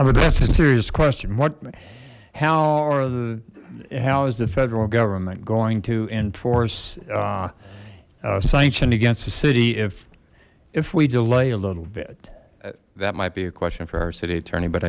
but that's a serious question what how how is the federal government going to enforce sanction against the city if if we delay a little bit that might be a question for our city attorney but